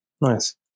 nice